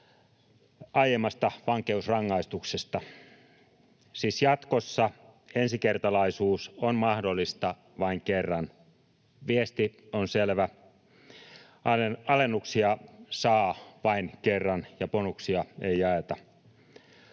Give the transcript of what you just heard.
aiemmasta vankeusrangaistuksesta. Siis jatkossa ensikertalaisuus on mahdollista vain kerran. Viesti on selvä: alennuksia saa vain kerran, ja bonuksia ei jaeta.